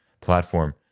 platform